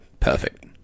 perfect